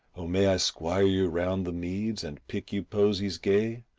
oh may i squire you round the meads and pick you posies gay?